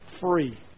Free